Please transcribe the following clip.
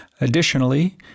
Additionally